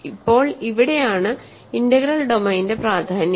ഇപ്പോൾ ഇവിടെയാണ് ഇന്റഗ്രൽ ഡൊമെയ്ന്റെ പ്രാധാന്യം